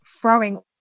throwing